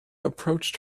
approached